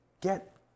get